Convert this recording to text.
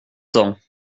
temps